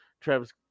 Travis